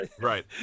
Right